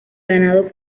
ganado